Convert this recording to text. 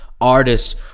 artists